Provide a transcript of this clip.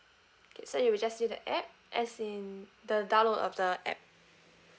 okay so you will just see the app as in the download of the app